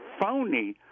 phony